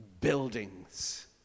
buildings